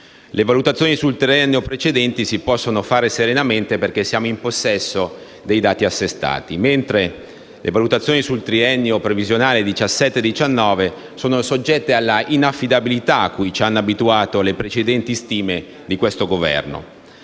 Le valutazioni sul triennio precedente si possono fare serenamente, perché siamo in possesso dei dati assestati, mentre le valutazioni sul triennio previsionale 2017-2019 sono soggette alla inaffidabilità a cui ci hanno abituato le precedenti stime di questo Governo.